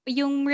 yung